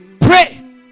Pray